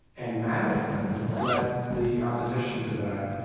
and madison led the opposition to that.